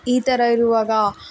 ಈ ಥರ ಇರುವಾಗ